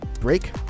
break